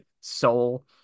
soul